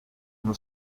uno